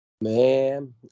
Man